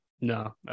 No